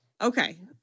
Okay